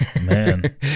man